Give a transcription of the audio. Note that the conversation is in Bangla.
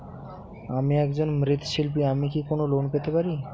আমি একজন মৃৎ শিল্পী আমি কি কোন লোন পেতে পারি?